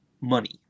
money